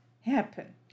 happen